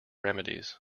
remedies